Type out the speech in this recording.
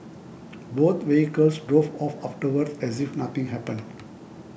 both vehicles drove off afterwards as if nothing happened